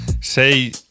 say